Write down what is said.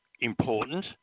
important